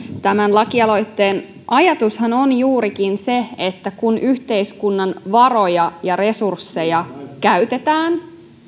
tämän lakialoitteen ajatushan on juurikin se että kun yhteiskunnan varoja ja resursseja käytetään